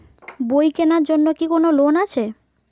বই কেনার জন্য কি কোন লোন আছে?